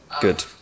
Good